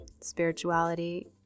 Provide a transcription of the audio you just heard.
spirituality